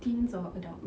teens or adults